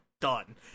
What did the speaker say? done